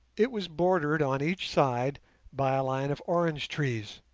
it was bordered on each side by a line of orange trees,